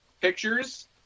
Pictures